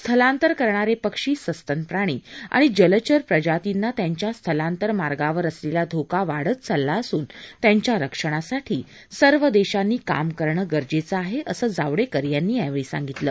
स्थलांतर करणारे पश्ची सस्तन प्राणी आणि जलचर प्रजातींना त्यांच्या स्थलांतर मार्गावर असलेला धोका वाढत चालला असून त्यांच्या रक्षणासाठी सर्व देशांनी काम करणं गरजेचं आहे असं जावडेकर यांनी यावेळी सांगितलं